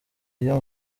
iyo